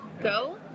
go